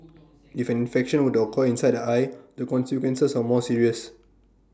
if an infection were to occur inside the eye the consequences are more serious